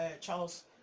charles